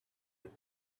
with